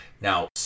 Now